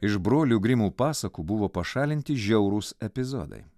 iš brolių grimų pasakų buvo pašalinti žiaurūs epizodai